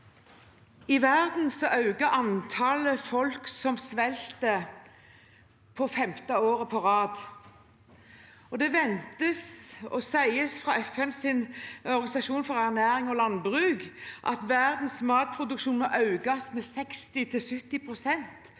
I verden øker antallet folk som sulter, for femte år på rad. Det ventes – og det sies fra FNs organisasjon for ernæring og landbruk – at verdens matproduksjon må økes med 60–70 pst.